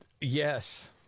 yes